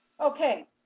Okay